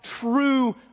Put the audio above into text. true